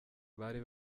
bari